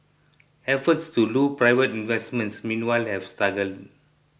efforts to lure private investment meanwhile have struggled